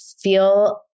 feel